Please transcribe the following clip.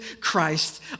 Christ